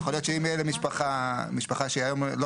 יכול להיות שאם משפחה שהיום היא לא